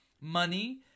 money